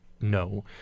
No